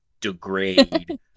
degrade